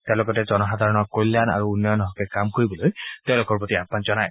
তেওঁ লগতে জনসাধাৰণৰ কল্যাণ আৰু উন্নয়নৰ হকে কাম কৰিবলৈ তেওঁলোকৰ প্ৰতি আহান জনায়